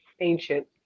ancient